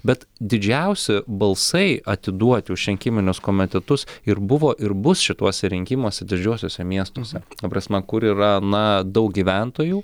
bet didžiausi balsai atiduoti už rinkiminius komitetus ir buvo ir bus šituose rinkimuose didžiuosiuose miestuose ta prasme kur yra na daug gyventojų